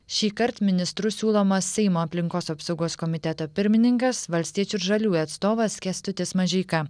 šįkart ministru siūlomas seimo aplinkos apsaugos komiteto pirmininkas valstiečių ir žaliųjų atstovas kęstutis mažeika